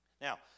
Now